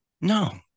No